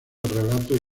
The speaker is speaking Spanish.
relatos